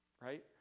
right